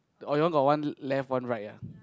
oh you all got one left one right ah